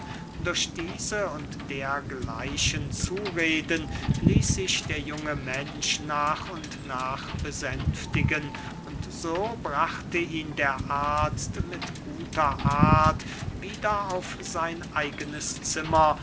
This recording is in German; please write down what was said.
durch diese und dergleichen zureden ließ sich der junge mensch nach und nach besänftigen und so brachte ihn der arzt mit guter art wieder auf sein eigenes zimmer